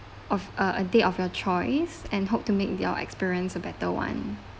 of a day of your choice and hope to make your experience a better [one]